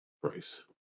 price